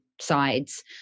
sides